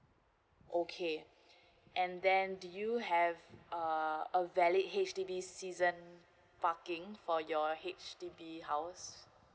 okay and then do you have uh a valid H_D_B season parking for your H_D_B house